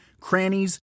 crannies